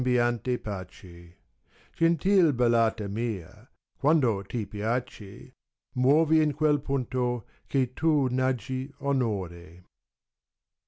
sembiante pace gentil ballata mia quando ti piace muotì io quel punto che la n aggi onore